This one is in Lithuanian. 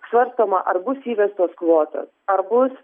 svarstoma ar bus įvestos kvoto ar bus